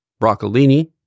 broccolini